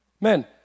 Men